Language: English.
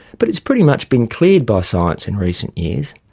but it's pretty much been cleared by science in recent years.